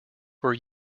were